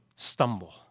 Stumble